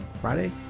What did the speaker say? Friday